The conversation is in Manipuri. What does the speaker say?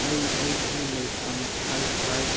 ꯑꯩ ꯑꯩꯒꯤ ꯂꯩꯐꯝ ꯐꯥꯏꯚ ꯐꯥꯏꯚ